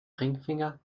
ringfinger